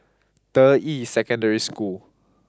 Deyi Secondary School